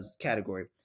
category